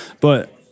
But-